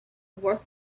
worth